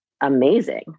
amazing